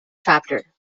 chapter